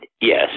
Yes